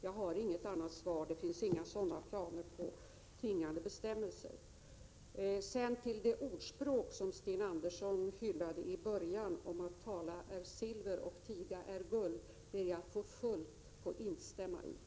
Jag har inget annat svar — det finns inga planer på sådana tvingande bestämmelser. Det ordspråk som Sten Andersson hyllade i början — tala är silver, tiga är guld — ber jag att till fullo få instämma i.